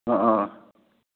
ꯑꯥ ꯑꯥ ꯑꯥ